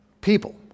people